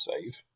save